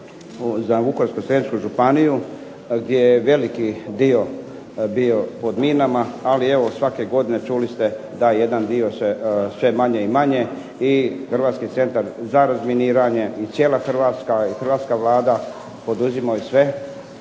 za Vukovarsko-srijemsku županiju gdje je veliki dio bio pod minama, ali evo svake godine čuli ste da jedan dio sve manje i manje i Hrvatski centar za razminiranje i cijela Hrvatska i hrvatska Vlada poduzimaju sve